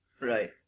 Right